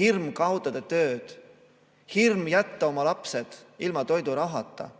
hirm kaotada töö, hirm jätta oma lapsed ilma toidurahata,